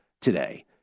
today